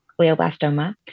glioblastoma